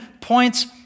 points